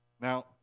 Now